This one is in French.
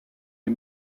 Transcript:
les